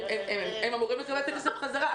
הם אמורים לקבל את הכסף בחזרה.